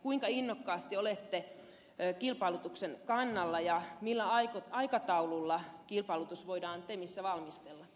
kuinka innokkaasti olette kilpailutuksen kannalla ja millä aikataululla kilpailutus voidaan temissä valmistella